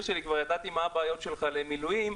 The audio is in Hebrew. שלי ידעתי מה הבעיות של אנשי מילואים,